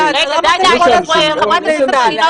אחרים --- חוץ מאיטליה יש עוד מדינות בעולם.